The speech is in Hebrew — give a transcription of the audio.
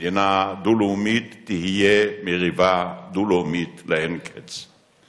מדינה דו-לאומית תהיה מריבה דו-לאומית לאין קץ.